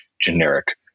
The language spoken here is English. generic